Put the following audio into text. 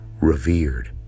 revered